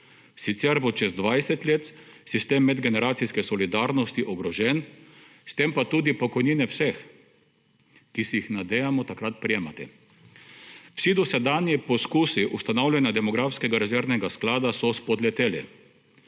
sicer bo čez 20 let sistem medgeneracijske solidarnosti ogrožen, s tem pa tudi pokojnine vseh, ki si jih nadejamo takrat prejemati. Vsi dosedanji poskusi ustanavljanja demografskega rezervnega sklada so spodleteli.